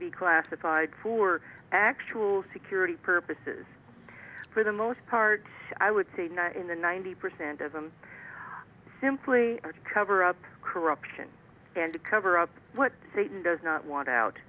be classified for actual security purposes for the most part i would say not in the ninety percent of them simply to cover up corruption and to cover up what satan does not want out